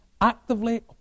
Actively